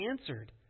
answered